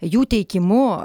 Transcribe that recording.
jų teikimu